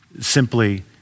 simply